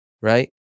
right